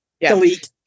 delete